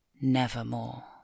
nevermore